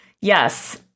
yes